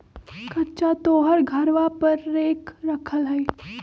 कअच्छा तोहर घरवा पर रेक रखल हई?